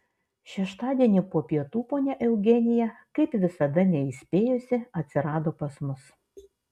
šeštadienį po pietų ponia eugenija kaip visada neįspėjusi atsirado pas mus